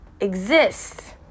exists